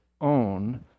own